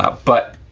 ah but,